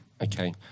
Okay